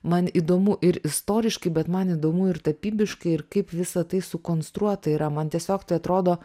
man įdomu ir istoriškai bet man įdomu ir tapybiškai ir kaip visa tai sukonstruota yra man tiesiog tai atrodo